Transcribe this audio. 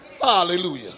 hallelujah